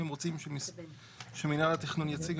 אם רוצים שמנהל התכנון יציג,